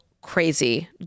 crazy